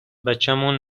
بچمون